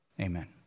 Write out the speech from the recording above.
Amen